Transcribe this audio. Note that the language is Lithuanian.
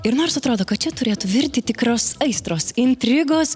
ir nors atrodo kad čia turėtų virti tikros aistros intrigos